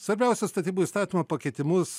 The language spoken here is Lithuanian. svarbiausius statybų įstatymo pakeitimus